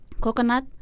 coconut